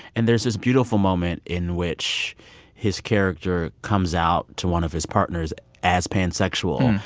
and there's this beautiful moment in which his character comes out to one of his partners as pansexual,